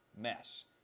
mess